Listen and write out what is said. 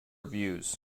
views